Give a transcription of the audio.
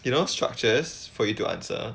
you know structures for you to answer